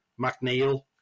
McNeil